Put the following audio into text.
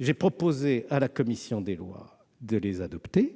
J'ai proposé à la commission des lois de les adopter,